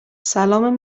سلام